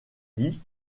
lit